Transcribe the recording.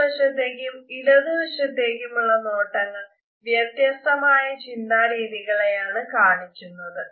വലതു വശത്തേക്കും ഇടതു വശത്തേക്കും ഉള്ള നോട്ടങ്ങൾ വ്യത്യസ്തമായ ചിന്താരീതികളെയാണ് കാണിക്കുന്നത്